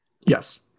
Yes